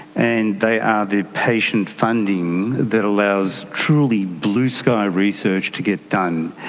and they are the patient funding that allows truly blue-sky research to get done,